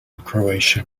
croatian